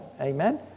amen